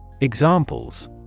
Examples